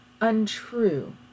untrue